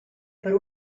per